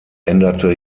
änderte